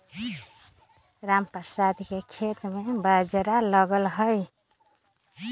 रामप्रसाद के खेत में बाजरा लगल हई